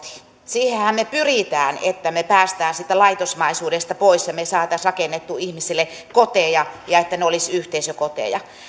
siihenhän me pyrimme että me pääsemme siitä laitosmaisuudesta pois ja me saisimme rakennettua ihmisille koteja ja että ne olisivat yhteisökoteja